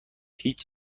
هیچ